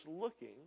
looking